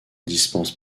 dispense